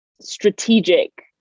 strategic